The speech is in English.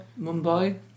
Mumbai